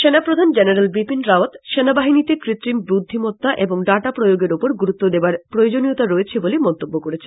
সেনাপ্রধান জেনেরেল বিপিন রাওয়াত সেনাবাহিনীতে কৃত্রিম বুদ্ধিমত্তা এবং ডাটা প্রয়োগের ওপর গুরুত্ব দেবার প্রয়োজনীয়তা রয়েছে বলে মন্তব্য করেছেন